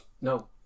No